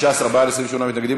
15 בעד, 28 מתנגדים.